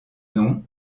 nom